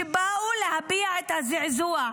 שבאו להביע את הזעזוע.